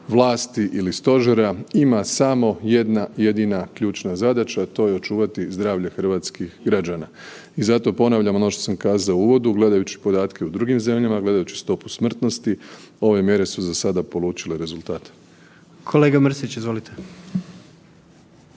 vlasti ili stožera, ima samo jedna jedina ključna zadaća, a to je očuvati zdravlje hrvatskih građana. I zato ponavljam ono što sam kazao u uvodu, gledajući podatke u drugim zemljama, gledajući stopu smrtnosti ove mjere su za sada polučile rezultate. **Jandroković,